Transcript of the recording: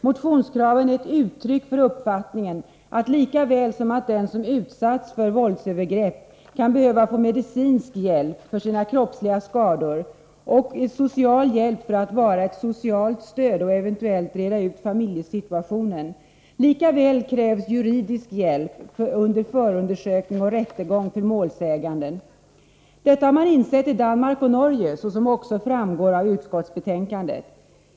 Motionskraven är uttryck för uppfattningen att lika väl som den som utsatts för våldsövergrepp kan behöva få medicinsk hjälp för sina kroppsliga skador och social hjälp för att eventuellt reda ut familjesituationen och vara ett socialt stöd, krävs också juridisk hjälp under förundersökning och rättegång för målsägande. Detta har man insett i Danmark och Norge, såsom också framgår av utskottsbetänkandet.